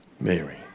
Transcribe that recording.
Mary